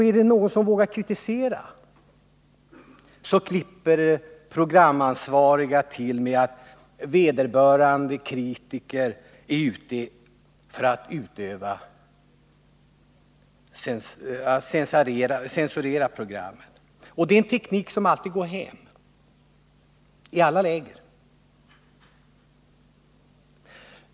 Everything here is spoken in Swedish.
Är det någon som vågar kritisera, klipper programansvariga till med att vederbörande kritiker är ute för att censurera programmen. Det är en teknik som alltid går hem, i alla läger.